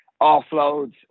offloads